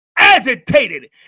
Agitated